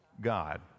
God